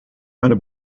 meine